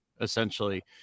essentially